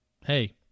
hey